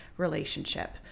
Relationship